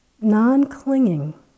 Non-clinging